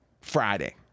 Friday